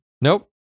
Nope